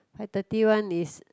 five thirty one is